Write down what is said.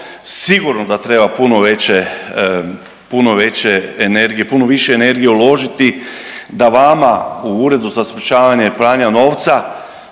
sigurno da treba puno veće, puno veće energije, puno više energije uložiti da vama u Uredu za sprječavanje pranja novca